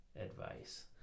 advice